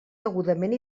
degudament